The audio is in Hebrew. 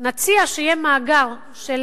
נציע שיהיה מאגר של